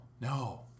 No